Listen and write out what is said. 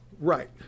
Right